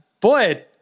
boy